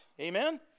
Amen